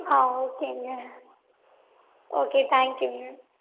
ஓகேங்க okay thank யூங்க